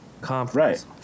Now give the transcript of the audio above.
conference